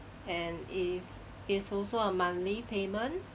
and if it's also a monthly payment